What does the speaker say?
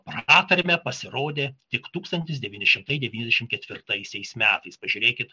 pratarme pasirodė tik tūkstantis devyni šimtai devyniasdešimt ketvirtaisiais metais pažiūrėkit